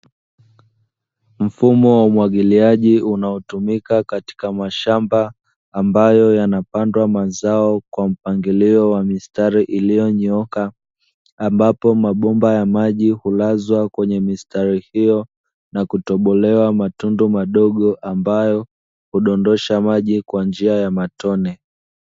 Mfumo wa umwagiliaji unaotumika katika mashamba, ambayo yanapandwa mazao kwa mpangilio wa mistari iliyonyooka, ambapo mabomba ya maji hulazwa kwenye mistari hiyo na kutobolewa matundu madogo, ambayo hudondosha maji kwa njia ya matone.